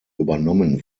übernommen